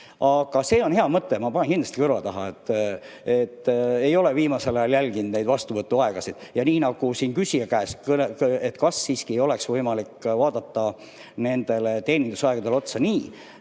Aga see on hea mõte, ma panen selle kindlasti kõrva taha. Ma ei ole viimasel ajal neid vastuvõtuaegasid jälginud. Ja nii nagu küsija ütles, et kas siiski ei oleks võimalik vaadata nendele teenindusaegadel otsa ja